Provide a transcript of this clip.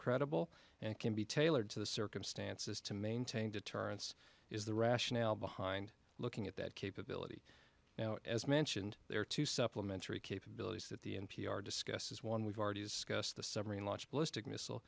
credible and can be tailored to the circumstances to maintain deterrence is the rationale behind looking at that capability now as mentioned there are two supplementary capabilities that the n p r discusses one we've already dis